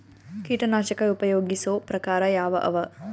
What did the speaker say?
ಕೀಟನಾಶಕ ಉಪಯೋಗಿಸೊ ಪ್ರಕಾರ ಯಾವ ಅವ?